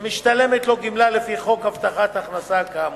שמשתלמת לו גמלה לפי חוק הבטחת הכנסה, כאמור.